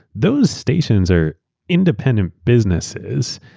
those stations are independent businesses.